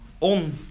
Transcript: on